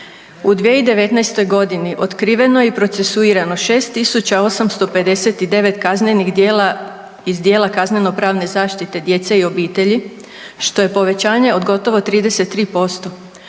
U 2019.g. otkriveno je i procesuirano 6859 kaznenih djela iz djela kazneno pravne zaštite djece i obitelji, što je povećanje od gotovo 33%.